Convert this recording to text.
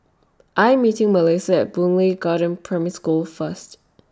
I Am meeting Mellissa At Boon Lay Garden Primary School First